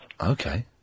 Okay